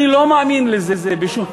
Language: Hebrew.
אני לא מאמין לזה בשום,